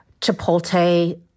Chipotle